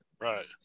Right